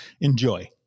Enjoy